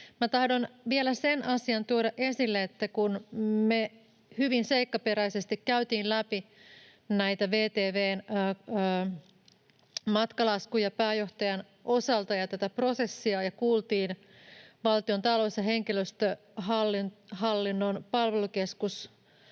esille vielä sen asian, että kun me hyvin seikkaperäisesti käytiin läpi näitä VTV:n matkalaskuja pääjohtajan osalta ja tätä prosessia ja kuultiin Valtion talous‑ ja henkilöstöhallinnon palvelukeskusta